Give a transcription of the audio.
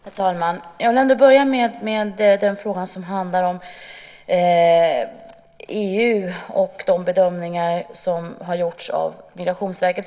Herr talman! Jag vill ändå börja med den fråga som handlar om EU och de bedömningar som har gjorts av Migrationsverket.